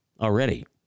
already